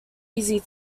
easy